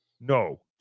no